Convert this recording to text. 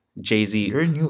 Jay-Z